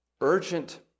urgent